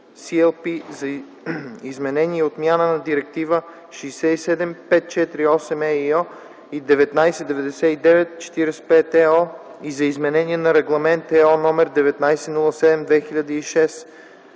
(CLP), за изменение и отмяна на директиви 67/548/ЕИО и 1999/45/ЕО и за изменение на Регламент (ЕО) № 1907/2006